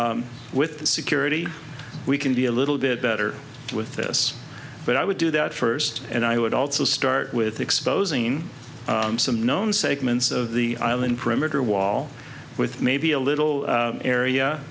reasons with the security we can be a little bit better with this but i would do that first and i would also start with exposing some known segments of the island perimeter wall with maybe a little area